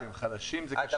כשהם חלשים, זה קשה.